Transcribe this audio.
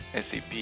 SAP